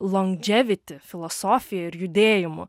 longdževiti filosofija ir judėjimu